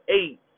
eight